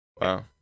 Wow